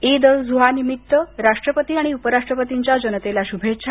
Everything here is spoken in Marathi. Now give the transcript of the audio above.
ईद अल् झुआ निमित्त राष्ट्रपती आणि उपराष्ट्रपतीच्या जनतेला शुभेच्छा